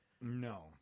No